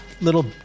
little